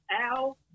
Al